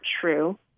true